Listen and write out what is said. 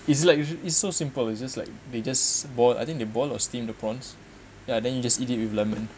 it's like it's so simple it's just like they just boil I think they boil or steam the prawns ya then you just eat it with lemon